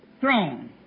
throne